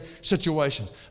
situations